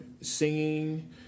singing